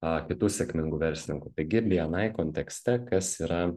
a kitų sėkmingų verslininkų taigi bni kontekste kas yra